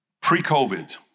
Pre-COVID